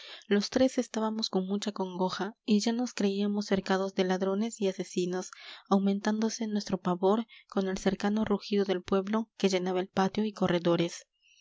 los tres estábamos con mucha congoja y ya nos creíamos cercados de ladrones y asesinos aumentándose nuestro pavor con el cercano rugido del pueblo que llenaba el patio y corredores